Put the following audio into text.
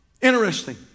Interesting